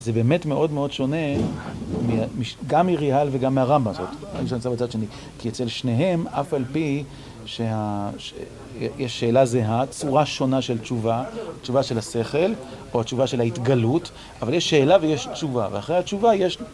זה באמת מאוד מאוד שונה, גם מריה"ל וגם מהרמב״ם כי אצל שניהם, אף על פי שיש שאלה זהה, צורה שונה של תשובה, תשובה של השכל או התשובה של ההתגלות, אבל יש שאלה ויש תשובה, ואחרי התשובה יש...